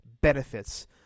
benefits